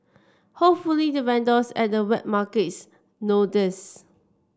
hopefully the vendors at the wet markets know this